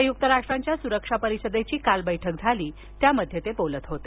संयुक्त राष्ट्रांच्या सुरक्षा परिषदेची काल बैठक झाली त्यामध्ये ते बोलत होते